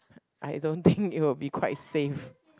I don't think it will be quite safe